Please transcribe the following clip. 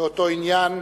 באותו עניין,